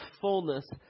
fullness